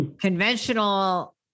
conventional